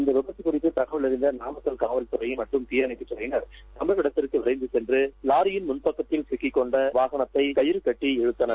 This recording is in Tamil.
இந்த விபத்து குறித்து தகவல் அறிந்த நாமக்கல் காவல்துறை மற்றும் தீயணைப்புத்துறையினர் சம்பவ இடத்திற்கு விரைந்து சென்று வாரியின் முன் பக்கத்தில் சிக்கிக் கொண்ட வாகனத்தை கயிறு கட்டி இழுத்தனர்